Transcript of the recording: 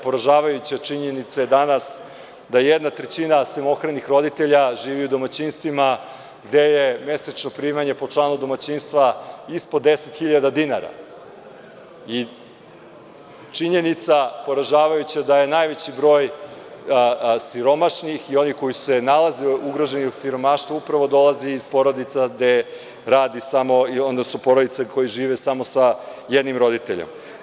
Poražavajuća činjenica je danas da jedna trećina samohranih roditelja živi u domaćinstvima gde je mesečno primanje po članu domaćinstva ispod 10.000 dinara i činjenica poražavajuća, da je najveći broj siromašnih i onih koji se nalaze ugroženi u siromaštvu upravo dolaze iz porodice koje žive samo sa jednim roditeljem.